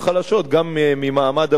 גם ממעמד הביניים.